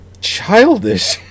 childish